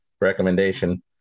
recommendation